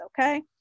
okay